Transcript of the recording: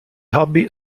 hobby